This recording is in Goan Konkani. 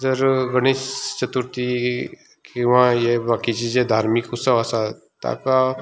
जर गणेश चतुर्थी किंवा हे बाकीचे जे धार्मीक उत्सव आसात ताका